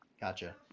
gotcha